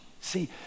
See